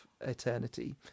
eternity